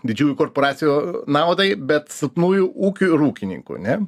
didžiųjų korporacijų naudai bet silpnųjų ūkių ir ūkininkų ne